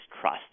trust